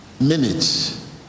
minutes